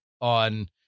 on